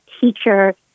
teacher